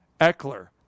Eckler